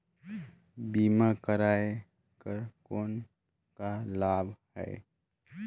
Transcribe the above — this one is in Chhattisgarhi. बीमा कराय कर कौन का लाभ है?